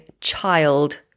child